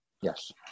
yes